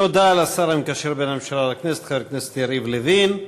תודה לשר המקשר בין הממשלה לכנסת חבר הכנסת יריב לוין.